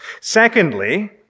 Secondly